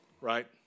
right